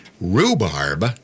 rhubarb